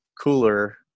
cooler